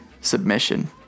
submission